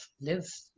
live